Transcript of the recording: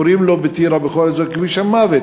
קוראים לו בטירה "כביש המוות".